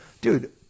dude